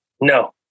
No